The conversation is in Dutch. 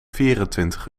vierentwintig